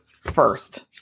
First